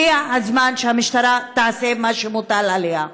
הגיע הזמן שהמשטרה תעשה מה שמוטל עליה.